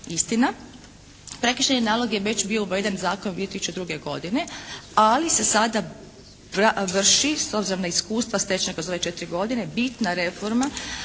Istina, prekršajni nalog je već bio uveden u zakon 2002. godine, ali se sada vrši s obzirom na iskustva stečena kroz ove četiri godine bitna reforma